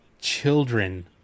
children